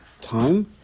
Time